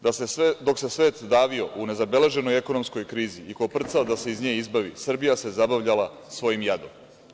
Dok se svet davio u nezabeleženoj ekonomskoj krizi i koprcao da se iz nje izbavi, Srbija se zabavljala svojim jadom“